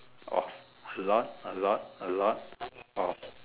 of a lot a lot a lot of